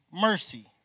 mercy